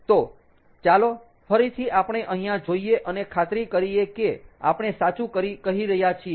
તો ચાલો ફરીથી આપણે અહીંયા જોઈએ અને ખાતરી કરીયે કે આપણે સાચું કરી રહ્યા છીયે